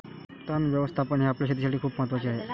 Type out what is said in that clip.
तण व्यवस्थापन हे आपल्या शेतीसाठी खूप महत्वाचे आहे